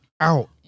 out